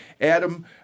Adam